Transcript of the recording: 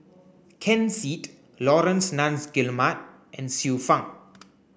Ken Seet Laurence Nunns Guillemard and Xiu Fang